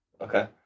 okay